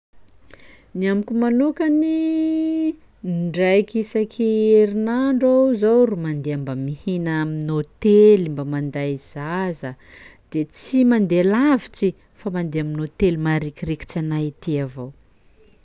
Ny amiko manokany ndraiky isaky herinandro aho zao ro mandeha mba mihina amin'ny hôtely mba manday zaza, de tsy mandeha lavitsy fa mandeha amin'ny hôtely marikirikitsy anay ety avao.